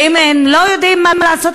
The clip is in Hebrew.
ואם הם לא יודעים מה לעשות,